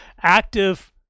Active